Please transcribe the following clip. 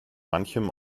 manchem